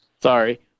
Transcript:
sorry